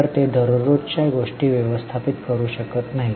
तर ते दररोजच्या गोष्टी व्यवस्थापित करू शकत नाहीत